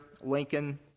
Lincoln